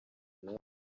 nawe